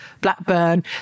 Blackburn